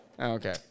Okay